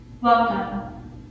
Welcome